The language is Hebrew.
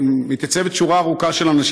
מתייצבת שורה ארוכה של אנשים,